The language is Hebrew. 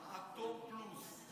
עד תום פלוס.